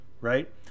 right